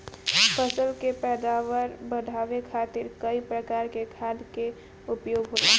फसल के पैदावार बढ़ावे खातिर कई प्रकार के खाद कअ उपयोग होला